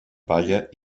palla